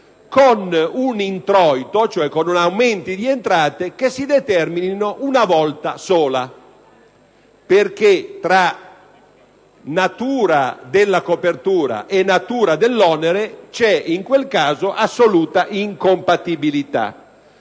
con introiti, cioè con aumenti di entrate, che si determinino una volta sola, perché tra la natura della copertura e la natura dell'onere c'è in quel caso assoluta incompatibilità.